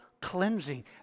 cleansing